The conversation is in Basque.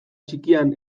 txikian